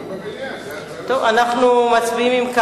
אם כך, אנחנו מצביעים.